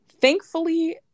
Thankfully